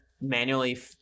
manually